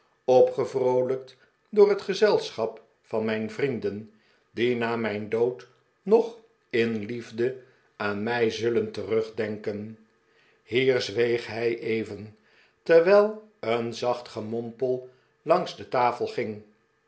opgevroolijkt door het gezelschap van mijn vrienden die na mijn dood nog in liefde aan mij zullen terugdenken hier zweeg hij even terwijl een zacht gemompel langs de tafel ging